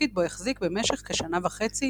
תפקיד בו החזיק במשך כשנה וחצי